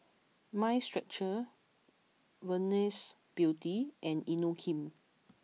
Mind Stretcher Venus Beauty and Inokim